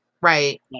Right